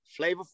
flavorful